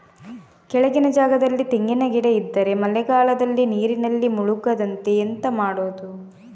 ಕೆಳಗಿನ ಜಾಗದಲ್ಲಿ ತೆಂಗಿನ ಗಿಡ ಇದ್ದರೆ ಮಳೆಗಾಲದಲ್ಲಿ ನೀರಿನಲ್ಲಿ ಮುಳುಗದಂತೆ ಎಂತ ಮಾಡೋದು?